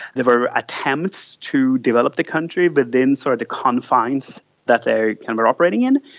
they were attempts to develop the country within sort of the confines that they and were operating in.